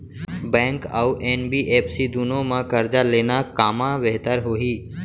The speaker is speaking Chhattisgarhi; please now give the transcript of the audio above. बैंक अऊ एन.बी.एफ.सी दूनो मा करजा लेना कामा बेहतर होही?